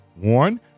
One